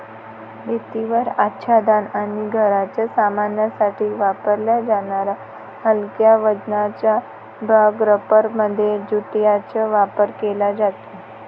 भिंतीवर आच्छादन आणि घराच्या सामानासाठी वापरल्या जाणाऱ्या हलक्या वजनाच्या बॅग रॅपरमध्ये ज्यूटचा वापर केला जातो